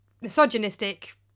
misogynistic